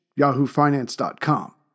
yahoofinance.com